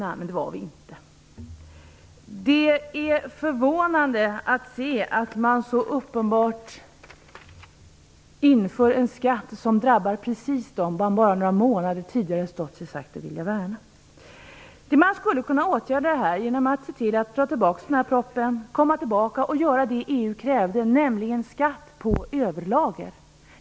Det är förvånande att man så uppenbart inför en skatt som drabbar precis dem som man bara några månader tidigare sagt sig vilja värna. Man skulle kunna åtgärda detta genom att se till att propositionen dras tillbaka, återkomma och göra det som EU kräver, nämligen införa en skatt på överlager.